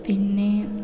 പിന്നെ